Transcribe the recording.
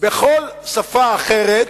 בכל שפה אחרת,